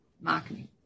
marketing